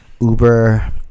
Uber